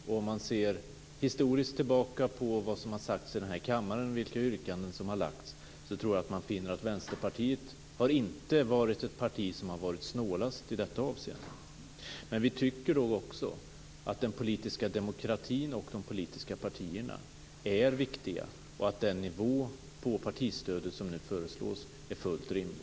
Och om man ser historiskt tillbaka på vad som har sagts i denna kammare och vilka yrkanden som har lagts fram, tror jag att man finner att Vänsterpartiet inte har varit det parti som har varit snålast i detta avseende. Men vi tycker också att den politiska demokratin och de politiska partierna är viktiga och att den nivå på partistödet som nu föreslås är fullt rimlig.